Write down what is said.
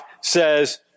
says